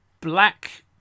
black